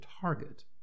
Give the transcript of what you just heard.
target